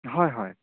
হয় হয়